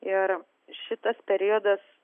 ir šitas periodas